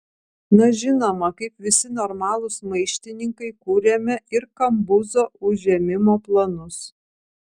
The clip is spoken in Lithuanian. na žinoma kaip visi normalūs maištininkai kūrėme ir kambuzo užėmimo planus